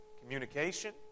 communication